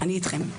אני איתכם.